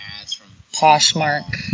poshmark